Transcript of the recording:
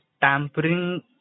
tampering